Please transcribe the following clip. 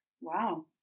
Wow